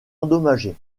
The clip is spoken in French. endommagé